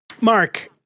mark